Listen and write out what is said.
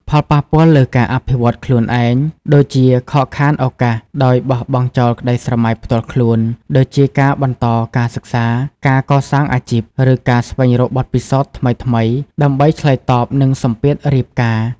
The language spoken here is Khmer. ផលប៉ះពាល់លើការអភិវឌ្ឍខ្លួនឯង ដូចជាខកខានឱកាស ដោយបោះបង់ចោលក្តីស្រមៃផ្ទាល់ខ្លួន ដូចជាការបន្តការសិក្សា ការកសាងអាជីព ឬការស្វែងរកបទពិសោធន៍ថ្មីៗ ដើម្បីឆ្លើយតបនឹងសម្ពាធរៀបការ ។